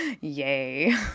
Yay